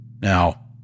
Now